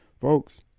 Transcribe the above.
Folks